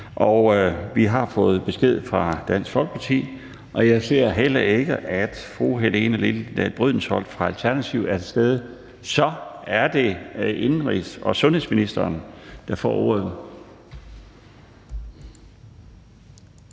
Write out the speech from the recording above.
og vi har fået besked fra Dansk Folkeparti. Jeg ser heller ikke, at fru Helene Liliendahl Brydensholt fra Alternativet er til stede. Så er det indenrigs- og sundhedsministeren, der får ordet.